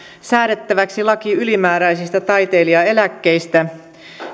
säädettäväksi laki ylimääräisistä taiteilijaeläkkeistä